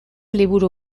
liburu